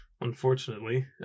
Unfortunately